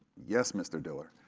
yes, mr. diller,